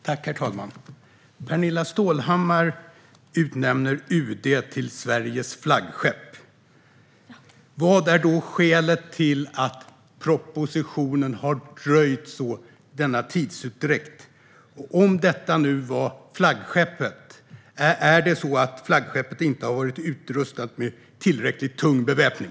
Herr talman! Pernilla Stålhammar utnämner UD till Sveriges flaggskepp. Vad är då skälet till denna tidsutdräkt och varför har propositionen dröjt så? Om UD nu är flaggskeppet, har flaggskeppet inte varit utrustat med tillräckligt tung beväpning?